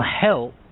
help